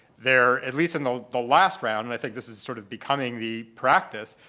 there, at least in the the last round, and i think this is sort of becoming the practice,